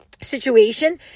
Situation